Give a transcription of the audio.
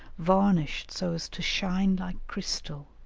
varnished so as to shine like crystal,